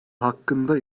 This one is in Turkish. hakkında